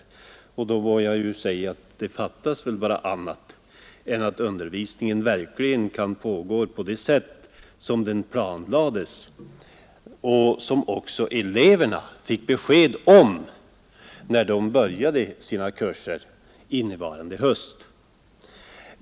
Fattas bara annat än att undervisningen verkligen skall få pågå på det sätt som den planerades och som också eleverna fick besked om när de började sina kurser i höstas.